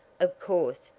of course,